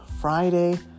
Friday